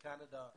לקנדה,